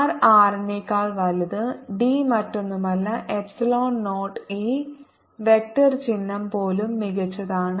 r R നെക്കാൾ വലുത് D മറ്റൊന്നുമല്ല എപ്സിലോൺ 0 E വെക്റ്റർ ചിഹ്നം പോലും മികച്ചതാണ്